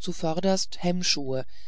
zuvörderst hemmschuhe